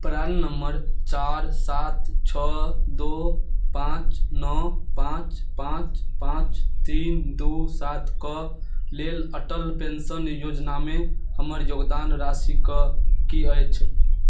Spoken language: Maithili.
प्राण नम्बर चारि सात छओ दू पाँच नओ पाँच पाँच पाँच तीन दू सातके लेल अटल पेन्शन योजनामे हमर योगदान राशिके की अछि